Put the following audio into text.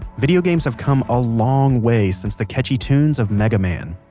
video games have come a long way since the catchy tunes of megaman